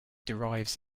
derives